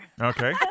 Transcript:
Okay